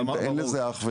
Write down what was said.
אין לזה אח ורע.